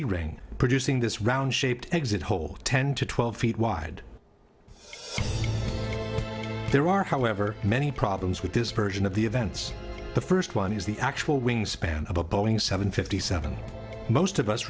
c ring producing this round shaped exit hole ten to twelve feet wide there are however many problems with this version of the events the first one is the actual wingspan of a boeing seven fifty seven most of us